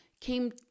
came